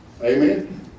Amen